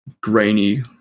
grainy